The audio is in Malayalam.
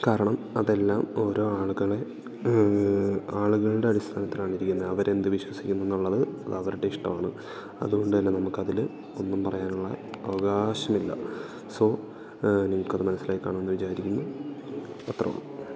കാരണം അതെല്ലാം ഓരോ ആളുകളെ ആളുകളുടെ അടിസ്ഥാനത്തിലാണിരിക്കുന്നത് അവരെന്ത് വിശ്വസിക്കുന്നു എന്നുള്ളത് അതവരുടെ ഇഷ്ടമാണ് അതുകൊണ്ട് തന്നെ നമുക്ക് അതിൽ ഒന്നും പറയാനുള്ള അവകാശമില്ല സോ നിങ്ങൾക്കത് മനസ്സിലായിക്കാണുവെന്ന് വിചാരിക്കുന്നു അത്രേ ഉള്ളു